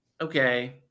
Okay